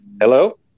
Hello